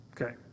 Okay